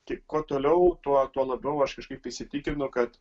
tik kuo toliau tuo tuo labiau aš kažkaip įsitikinu kad